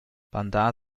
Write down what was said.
bandar